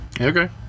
Okay